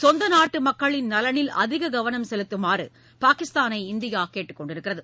சொந்த நாட்டு மக்களின் நலனில் அதிக கவனம் செலுத்துமாறு பாகிஸ்தானை இந்தியா கேட்டுக் கொண்டுள்ளது